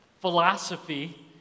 philosophy